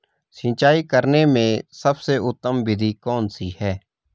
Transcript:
सिंचाई करने में सबसे उत्तम विधि कौन सी है?